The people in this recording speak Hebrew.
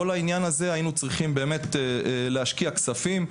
בכל העניין הזה היינו צריכים באמת להשקיע כספים,